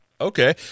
Okay